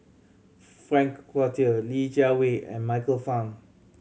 Frank Cloutier Li Jiawei and Michael Fam